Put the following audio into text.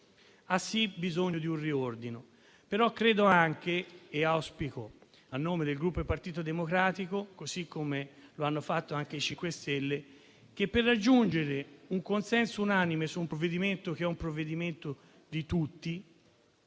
ha, sì, bisogno di un riordino, però credo anche, e auspico a nome del Gruppo Partito Democratico, così come hanno fatto anche i 5 Stelle, che per raggiungere un consenso unanime su un provvedimento che è di tutti